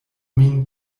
min